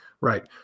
right